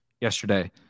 yesterday